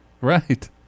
right